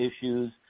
issues